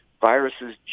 viruses